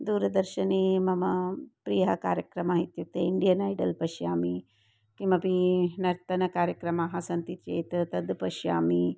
दूरदर्शने मम प्रियः कार्यक्रमः इत्युक्ते इण्डियन् ऐडल् पश्यामि किमपि नर्तनकार्यक्रमाः सन्ति चेत् तद् पश्यामि